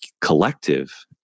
collective